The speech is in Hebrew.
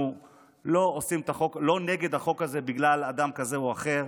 לא נגד החוק הזה בגלל אדם כזה או אחר,